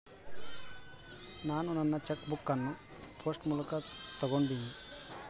ನಾನು ನನ್ನ cheque book ಅನ್ನು ಪೋಸ್ಟ್ ಮೂಲಕ ತೊಗೊಂಡಿನಿ